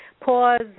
pause